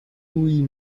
louis